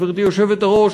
גברתי היושבת-ראש,